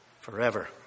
forever